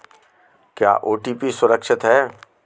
क्या ओ.टी.पी सुरक्षित है?